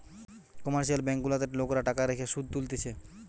commercial bank গুলাতে লোকরা টাকা রেখে শুধ তুলতিছে